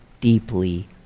deeply